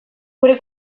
gure